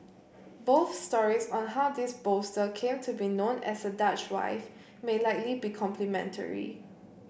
both stories on how this bolster came to be known as a Dutch wife may likely be complementary